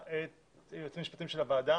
שהנחתה את היועצים המשפטיים של הוועדה